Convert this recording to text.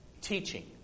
Teaching